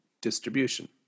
distribution